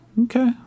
okay